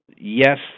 yes